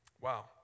Wow